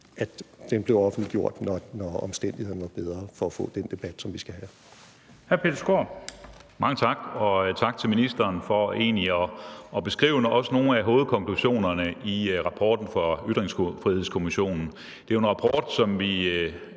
at den først blev offentliggjort, når omstændighederne var bedre, for at få den debat, som vi skal have.